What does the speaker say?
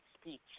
speech